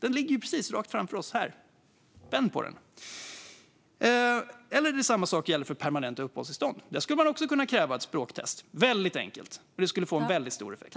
Den ligger ju precis framför oss. Vänd på den! Samma sak gäller för permanenta uppehållstillstånd. Här skulle man också kräva ett språktest. Det vore väldigt enkelt, och det skulle ge stor effekt.